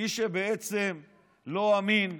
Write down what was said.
מי שלא אמין,